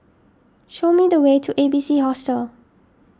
show me the way to A B C Hostel